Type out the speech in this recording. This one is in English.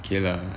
okay lah